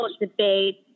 debate